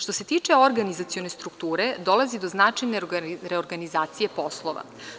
Što se tiče organizacione strukture, dolazi do značajne reorganizacije poslova.